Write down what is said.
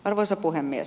arvoisa puhemies